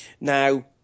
Now